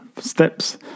steps